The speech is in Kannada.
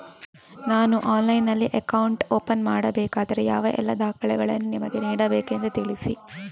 ನಾನು ಆನ್ಲೈನ್ನಲ್ಲಿ ಅಕೌಂಟ್ ಓಪನ್ ಮಾಡಬೇಕಾದರೆ ಯಾವ ಎಲ್ಲ ದಾಖಲೆಗಳನ್ನು ನಿಮಗೆ ನೀಡಬೇಕೆಂದು ತಿಳಿಸಿ?